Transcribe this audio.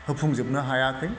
होफुंजोबनो हायाखै